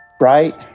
Right